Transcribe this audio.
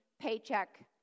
paycheck